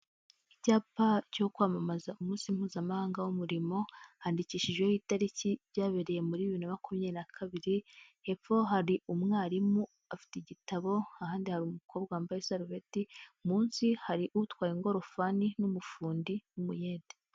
Icyapa cyo kwamamaza umunsi mpuzamahanga w'umurimo, handikishijeho itariki byabereye muri bibiri na makumyabiri na kabiri, kabiri hepfo hari umwarimu afite igitabo, ahandi hari umukobwa wambaye isarubeti, munsi hari utwaye ingorofani n'umufundi n'umuyede.